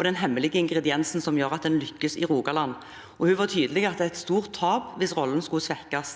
og den hemmelige ingrediensen» som gjør at en lykkes i Rogaland, og hun var tydelig på at det er et stort tap hvis rollen skulle svekkes.